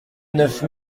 neuf